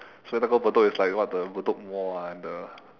so when I go bedok it's like what the bedok mall ah and the